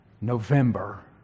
November